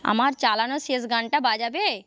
আমার চালানো শেষ গানটা বাজাবে